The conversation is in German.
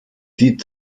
die